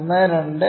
1 5